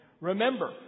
Remember